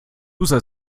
user